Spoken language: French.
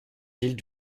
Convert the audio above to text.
villes